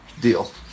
deal